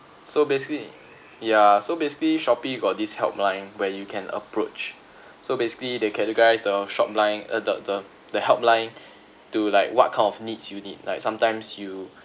so basically ya so basically Shopee got this helpline where you can approach so basically they categorise the shop line uh the the the helpline to like what kind of needs you need like sometimes you